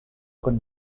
con